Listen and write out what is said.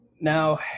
Now